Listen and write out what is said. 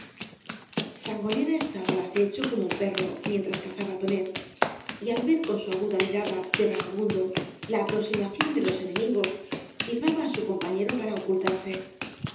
sangonera estaba al acecho como un perro mientras cazaba tunet y al ver con su aguda mirada de vagabundo la aproximación de los enemigos silbaba á su compañero para ocultarse